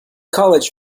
college